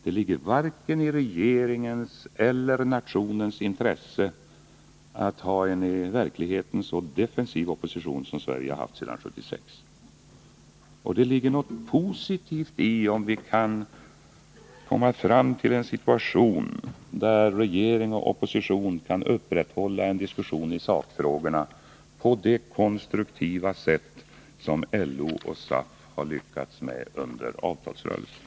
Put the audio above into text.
Det ligger varken i regeringens eller i nationens intresse att ha en i verkligheten så defensiv opposition som Sverige har haft sedan 1976. Och det ligger något positivt i om vi kan komma fram till en situation där regering och opposition kan upprätthålla en diskussion i sakfrågorna på det konstruktiva sätt som LO och SAF har lyckats med under avtalsrörelsen.